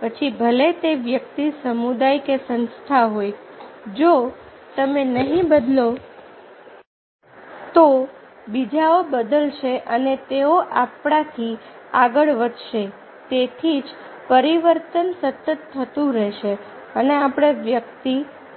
પછી ભલે તે વ્યક્તિ સમુદાય કે સંસ્થા હોય જો તમે નહીં બદલો તો બીજાઓ બદલાશે અને તેઓ આપણાથી આગળ વધશે તેથી જ પરિવર્તન સતત થતું રહેશે અને આપણે વ્યક્તિ